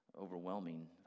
overwhelming